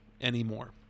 anymore